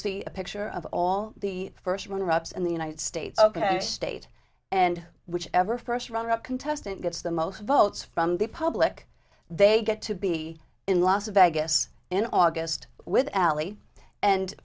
see a picture of all the first one reps in the united states ok state and whichever first runner up contestant gets the most votes from the public they get to be in las vegas in august with allie and